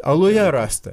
aluje rasta